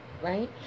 right